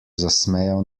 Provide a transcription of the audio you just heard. zasmejal